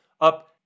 up